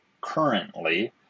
currently